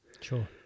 Sure